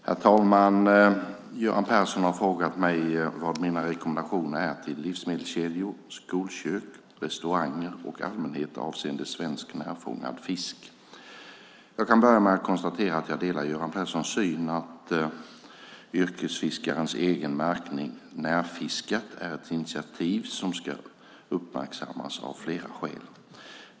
Herr talman! Göran Persson i Simrishamn har frågat mig vad mina rekommendationer är till livsmedelskedjor, skolkök, restauranger och allmänhet avseende svensk närfångad fisk. Jag kan börja med att konstatera att jag delar Göran Perssons syn att yrkesfiskarnas egen märkning Närfiskat är ett initiativ som ska uppmärksammas av flera skäl.